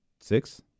Six